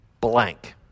blank